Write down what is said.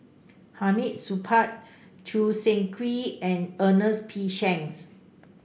Hamid Supaat Choo Seng Quee and Ernest P Shanks